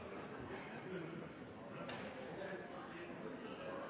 med, og der